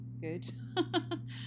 good